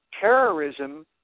terrorism